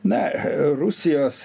na rusijos